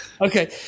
okay